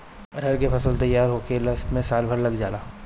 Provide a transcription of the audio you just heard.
अरहर के फसल तईयार होखला में साल भर लाग जाला